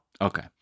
Okay